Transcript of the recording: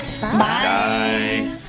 Bye